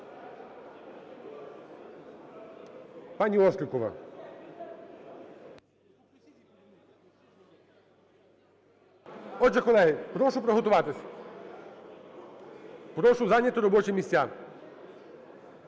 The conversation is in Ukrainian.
Пані Острікова! Отже, колеги, прошу приготуватися. Прошу зайняти робочі місця.